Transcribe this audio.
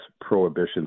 prohibitions